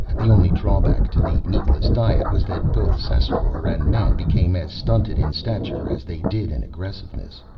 the only drawback to the meatless diet was that both ssassaror and man became as stunted in stature as they did in aggressiveness,